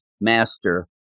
master